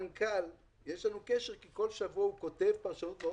ולמנכ"ל יש קשר כי כל שבוע הוא כותב פרשנות יפה מאוד על